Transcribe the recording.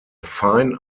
fine